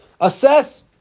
Assess